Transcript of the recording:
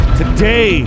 today